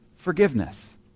Forgiveness